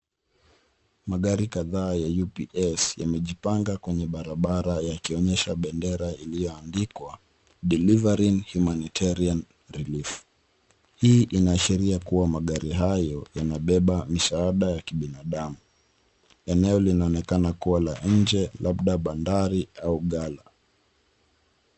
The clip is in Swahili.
Magari kadhaa ya UPS yamejipanga kwenye barabara yakionyesha bendera iliyoandikwa Delivering humanitarian relief hii inaashiria kuwa magari hayo yanabeba misaada ya kibinadamu, eneo linaonekana kuwa la nje labda bandari au gala.